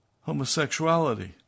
homosexuality